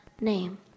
name